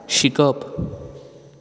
शिकप